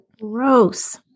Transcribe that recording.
gross